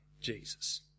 Jesus